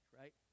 right